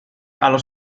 allo